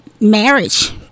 marriage